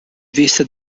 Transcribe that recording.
vista